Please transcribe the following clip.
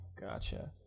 gotcha